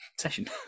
session